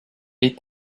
est